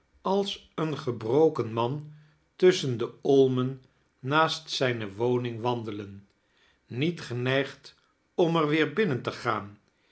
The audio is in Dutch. als eon gebroken man tusschen de olmen naast zijne woning wandelen niet geneigd om er weer binnen te gaa